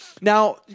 now